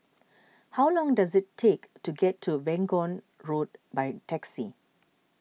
how long does it take to get to Vaughan Road by taxi